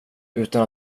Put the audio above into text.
utan